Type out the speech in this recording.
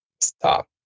stop